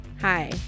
Hi